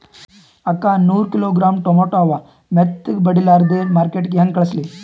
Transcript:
ಅಕ್ಕಾ ನೂರ kilogram tomato ಅವ, ಮೆತ್ತಗಬಡಿಲಾರ್ದೆ ಮಾರ್ಕಿಟಗೆ ಹೆಂಗ ಕಳಸಲಿ?